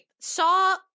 saw